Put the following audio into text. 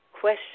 question